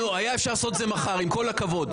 אפשר לעשות את זה מחר, עם כל הכבוד.